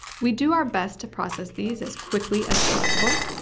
we do our best to process these as quickly as possible.